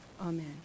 Amen